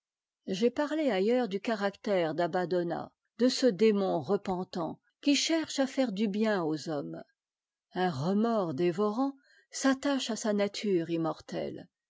j'ai parlé ailleurs du caractère d'abbadona de ce démon repentant qui cherche à faire du bien aux hommes un remords dévorant s'attache à sa nature immortelle